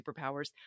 superpowers